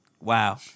Wow